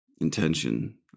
intention